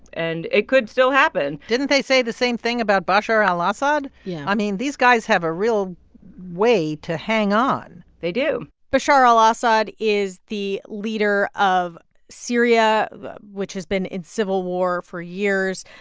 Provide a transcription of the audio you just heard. and it could still happen didn't they say the same thing about bashar al-assad? yeah i mean, these guys have a real way to hang on they do bashar al-assad is the leader of syria, which has been in civil war for years,